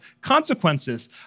consequences